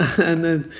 and then